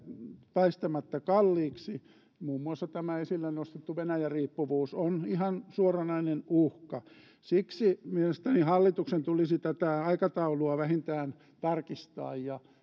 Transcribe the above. väistämättä kalliiksi muun muassa tämä esille nostettu venäjä riippuvuus on ihan suoranainen uhka siksi mielestäni hallituksen tulisi tätä aikataulua vähintään tarkistaa ja